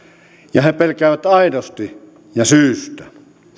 ja he pelkäävät aidosti ja syystä